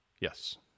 Yes